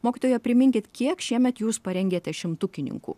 mokytoja priminkit kiek šiemet jūs parengėte šimtukininkų